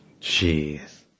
Jeez